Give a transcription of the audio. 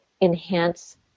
enhance